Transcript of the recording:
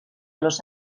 los